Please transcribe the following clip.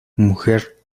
mujer